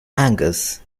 angus